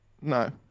No